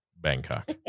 Bangkok